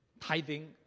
Tithing